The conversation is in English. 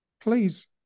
please